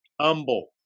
Humble